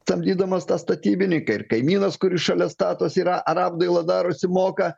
samdydamas tą statybininką ir kaimynas kuris šalia statosi yra ar apdailą darosi moka